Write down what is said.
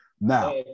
Now